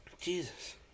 Jesus